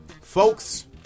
folks